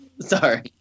sorry